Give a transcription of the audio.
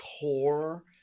core